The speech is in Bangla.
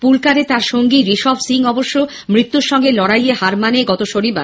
পুলকারে তার সঙ্গী ঋষভ সিং অবশ্য মৃত্যুর সঙ্গে লড়াইয়ে হার মানে গত শনিবার